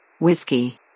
Whiskey